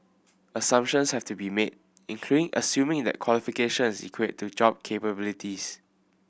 assumptions have to be made including assuming it that qualifications are equate to job capabilities